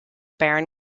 barron